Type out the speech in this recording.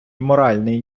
моральний